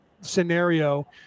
scenario